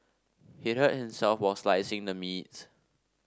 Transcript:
he hurt himself while slicing the meat